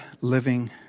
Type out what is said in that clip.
living